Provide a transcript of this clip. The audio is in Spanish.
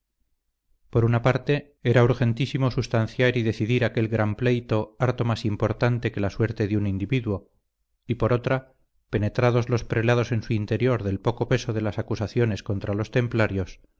por una parte era urgentísimo sustanciar y decidir aquel gran pleito harto más importante que la suerte de un individuo y por otra penetrados los prelados en su interior del poco peso de las acusaciones contra los templarios